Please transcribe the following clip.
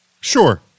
Sure